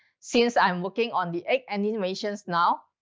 since i'm looking on the egg animations now,